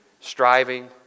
striving